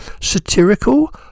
Satirical